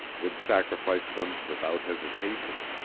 would sacrifice them without hesitation.